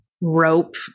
rope